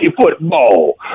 football